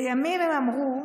לימים הם אמרו: